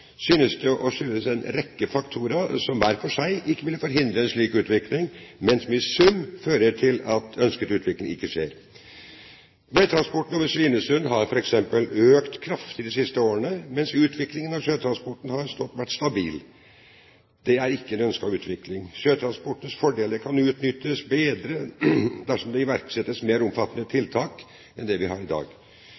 synes dette å skyldes en rekke faktorer som hver for seg ikke ville forhindre en slik utvikling, men som i sum fører til at ønsket utvikling ikke skjer. Veitransporten over Svinesund har f.eks. økt kraftig de siste årene, mens utviklingen av sjøtransporten har vært stabil. Det er ikke en ønsket utvikling. Sjøtransportens fordeler kan utnyttes bedre dersom det iverksettes mer omfattende